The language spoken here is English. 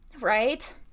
Right